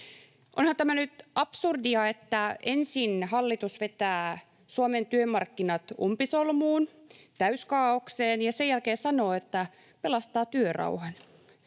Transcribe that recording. Onhan tämä nyt absurdia, että ensin hallitus vetää Suomen työmarkkinat umpisolmuun ja täyskaaokseen ja sen jälkeen sanoo, että pelastaa työrauhan.